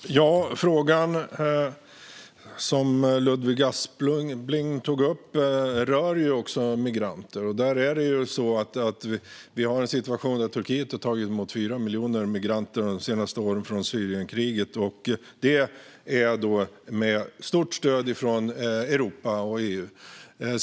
Fru talman! Frågan som Ludvig Aspling tog upp rör också migranter. Vi har en situation där Turkiet har tagit emot 4 miljoner migranter under de senaste åren från Syrienkriget. Det har skett med stort stöd från Europa och EU.